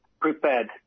prepared